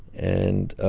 and,